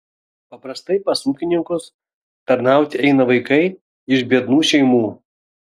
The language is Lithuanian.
paprastai pas ūkininkus tarnauti eina vaikai iš biednų šeimų